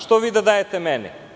Što vi da dajete meni?